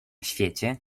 świecie